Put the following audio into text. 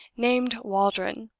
named waldron.